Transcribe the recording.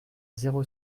zéro